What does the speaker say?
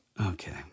okay